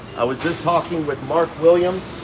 i was just talking with mark williams.